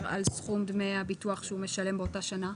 על סכום דמי הביטוח שהוא משלם באותה השנה?